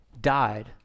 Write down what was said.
died